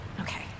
Okay